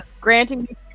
granting